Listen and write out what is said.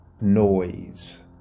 noise